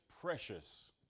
precious